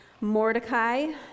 Mordecai